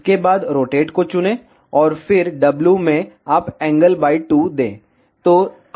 इसके बाद रोटेट को चुनें और फिर W में आप एंगल 2 दें